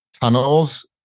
tunnels